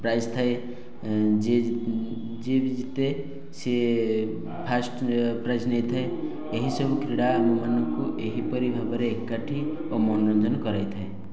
prize ଥାଏ ଯିଏ ଯିଏ ବି ଜିତେ ସିଏ ଫାଷ୍ଟ ପ୍ରାଇଜ ନେଇଥାଏ ଏହି ସବୁ କ୍ରୀଡ଼ା ଆମମାନଙ୍କୁ ଏହିପରି ଭାବେରେ ଏକାଠି ଓ ମନୋରଞ୍ଜନ କରାଇଥାଏ